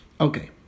Okay